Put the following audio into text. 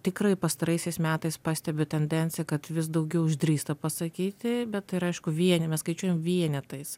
tikrai pastaraisiais metais pastebiu tendenciją kad vis daugiau išdrįsta pasakyti bet ir aišku vieni mes skaičiuojam vienetais